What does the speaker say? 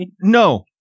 no